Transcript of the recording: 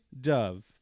Dove